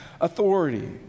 authority